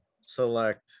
select